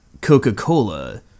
Coca-Cola